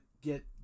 get